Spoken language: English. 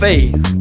faith